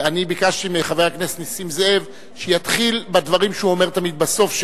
ביקשתי מחבר הכנסת נסים זאב שיתחיל בדברים שהוא אומר תמיד בסוף,